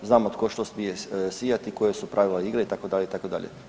Znamo tko što smije sijati i koja su pravila igre itd. itd.